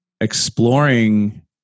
exploring